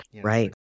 Right